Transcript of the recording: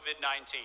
COVID-19